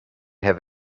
have